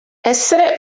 essere